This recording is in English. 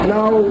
Now